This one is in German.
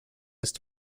ist